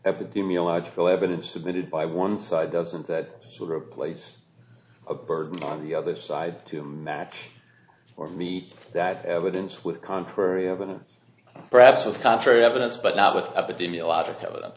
epidemiological evidence submitted by one side doesn't that will replace a burden on the other side to match or meet that evidence with contrary evidence perhaps with contrary evidence but not with epidemiological